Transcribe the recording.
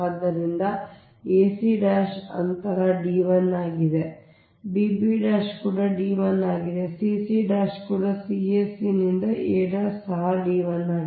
ಆದ್ದರಿಂದ ಮತ್ತು ac ಅಂತರ d1 ಆಗಿದೆ ಅಂದರೆ bb ಕೂಡ d1 ಆಗಿದೆ cc ಕೂಡ c a c ನಿಂದ a ಸಹ d1 ಆಗಿದೆ